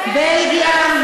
בלגיה,